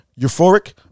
Euphoric